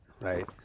right